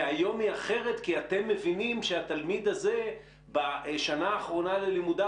והיום היא אחרת כי אתם מבינים שהתלמיד הזה בשנה האחרונה ללימודיו